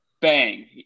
bang